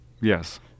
Yes